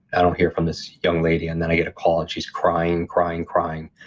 i don't hear from this young lady, and then i get a call and she's crying, crying, crying.